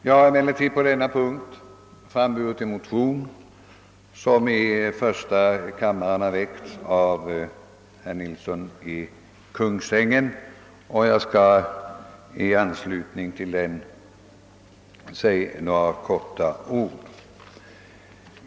Jag har emellertid på denna punkt framburit en motion — samma motion har i första kammaren väckts av herr Ferdinand Nilsson — och jag vill i anledning härav säga några ord.